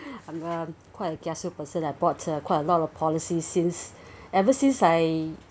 I'm a quite a kiasu person I bought a quite a lot of policy since ever since I